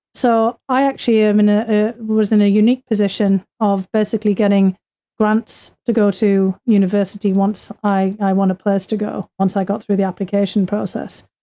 so, i actually am in a was in a unique position of basically getting grants to go to university once i i wanted to go, once i got through the application process.